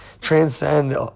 transcend